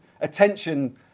attention